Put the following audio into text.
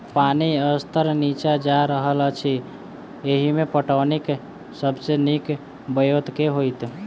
पानि स्तर नीचा जा रहल अछि, एहिमे पटौनीक सब सऽ नीक ब्योंत केँ होइत?